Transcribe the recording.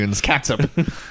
catsup